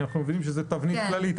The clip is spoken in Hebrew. אנחנו מבינים שזאת תבנית כללית,